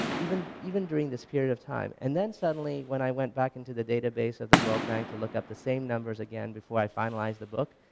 even even during this period of time and then suddenly when i went back into the database of the world bank to look up the same numbers again before i finalized the book,